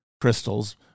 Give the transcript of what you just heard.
crystals